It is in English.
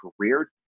career